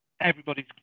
Everybody's